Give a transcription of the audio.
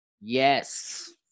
Yes